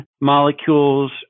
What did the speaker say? molecules